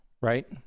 right